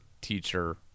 teacher